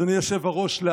אדוני היושב-ראש.